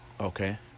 okay